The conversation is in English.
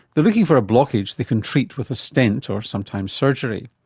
they're looking for a blockage they can treat with a stent or sometimes surgery.